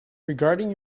regarding